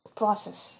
process